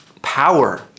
power